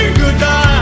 goodbye